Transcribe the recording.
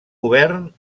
govern